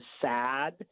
sad